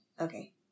Okay